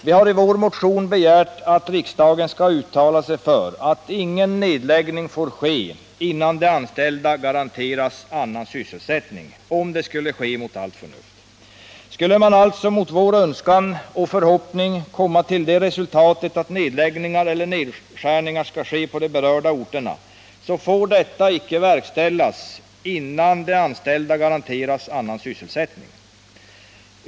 Vi har i vår motion begärt att riksdagen skall uttala sig för att ingen nedläggning får ske innan de anställda garanteras annan sysselsättning — om en sådan nedläggning mot all förmodan skulle ske. Skulle man alltså mot vår önskan och förhoppning komma till det resultatet att nedläggningar eller nedskärningar skall ske på de berörda orterna får detta icke verkställas innan de anställda garanteras annan sysselsättning.